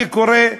אני קורא: